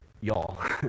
y'all